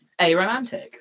aromantic